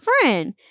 friend